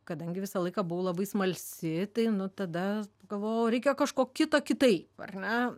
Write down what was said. kadangi visą laiką buvau labai smalsi tai nu tada pagalvojau reikia kažko kito kitaip ar ne